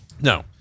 No